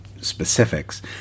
specifics